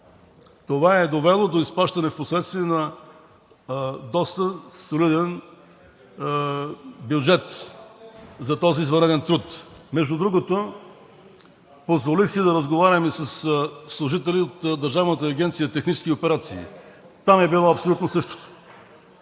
Това е довело впоследствие до изплащане на доста солиден бюджет за този извънреден труд. Между другото, позволих си да разговарям и със служители от Държавната агенция „Технически операции“. Там е било абсолютно същото.